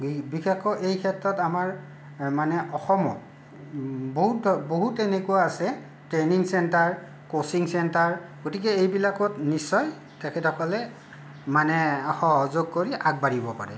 বিশেষকৈ এই ক্ষেত্ৰত আমাৰ মানে অসমত বহুত বহুত তেনেকুৱা আছে ট্ৰেইনিং চেণ্টাৰ কচিং চেণ্টাৰ গতিকে এইবিলাকত নিশ্চয় তেখেতসকলে মানে সহযোগ কৰি আগবাঢ়িব পাৰে